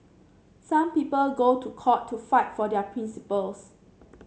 some people go to court to fight for their principles